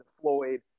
Floyd